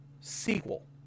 sequel